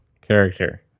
character